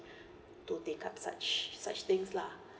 to take up such such things lah